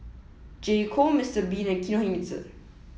J Co Mister bean and Kinohimitsu